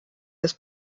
des